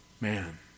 man